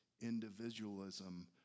individualism